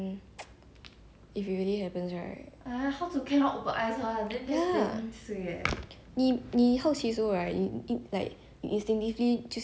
ya 你你好奇的时候 hou right like instinctively 就是要看眼睛看的 [what] now then you see already then you go !aiya! you just go crazy lah whatever lah just die lah